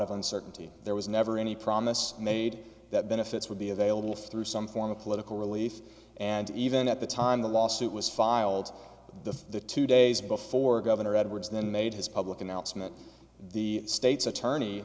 of uncertainty there was never any promise made that benefits would be available through some form of political relief and even at the time the lawsuit was filed with the the two days before governor edwards then made his public announcement the state's attorney